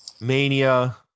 mania